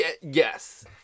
Yes